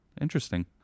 Interesting